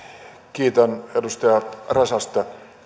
kiitän edustaja räsästä